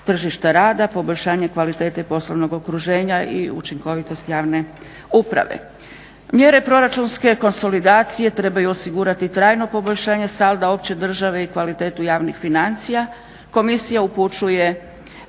tržišta rada, poboljšanje kvalitete poslovnog okruženja i učinkovitosti javne uprave. Mjere proračunske konsolidacije trebaju osigurati trajno poboljšanje salda opće države i kvalitetu javnih financija. Komisija upućuje